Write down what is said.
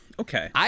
Okay